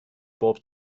bob